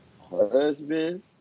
husband